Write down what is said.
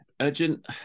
urgent